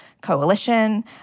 coalition